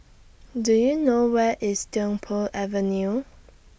Do YOU know Where IS Tiong Poh Avenue